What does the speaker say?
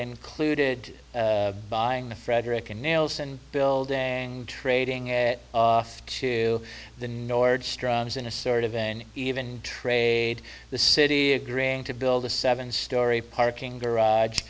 included buying the fredricka nails and building trading it off to the nordstrom's in a sort of an even trade the city agreeing to build a seven story parking garage